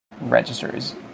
registers